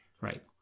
Right